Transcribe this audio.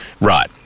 Right